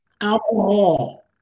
Alcohol